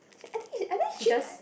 I think I think she just